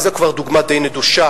וזאת כבר דוגמה די נדושה,